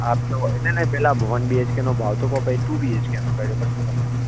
આપ તો એટલે ના એ પહેલાં વન બી એચ કેનો ભાવ તો ક્યાં પછી ટૂ બી એચ કેનો કહી દો પછી હું તમને પૂછું